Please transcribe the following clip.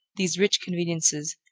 these rich conveniences,